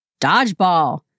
dodgeball